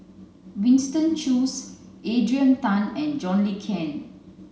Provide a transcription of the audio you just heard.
Winston Choos Adrian Tan and John Le Cain